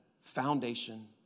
foundation